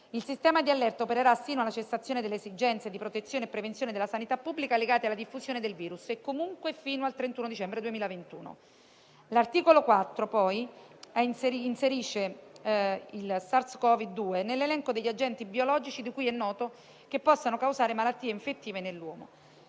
Il sistema di allerta opererà fino alla cessazione delle esigenze di protezione e prevenzione della sanità pubblica legate alla diffusione del virus e comunque fino al 31 dicembre 2021. L'articolo 4, poi, inserisce il SARS-Cov-2 nell'elenco degli agenti biologici che è noto possano causare malattie infettive nell'uomo.